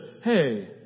Hey